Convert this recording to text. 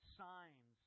signs